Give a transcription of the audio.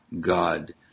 God